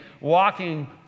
walking